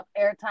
airtime